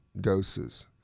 doses